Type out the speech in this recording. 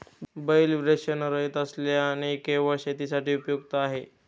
बैल वृषणरहित असल्याने केवळ शेतीसाठी उपयुक्त आहे